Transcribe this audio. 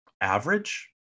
average